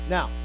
Now